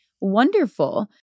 wonderful